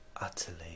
utterly